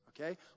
okay